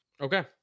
Okay